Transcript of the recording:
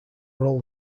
roll